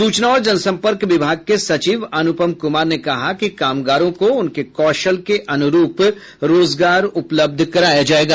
सूचना और जनसम्पर्क विभाग के सचिव अनुपम कुमार ने कहा कि कामगारों को उनके कौशल के अनुरूप रोजगार उपलब्ध कराया जायेगा